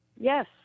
Yes